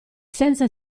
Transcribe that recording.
senza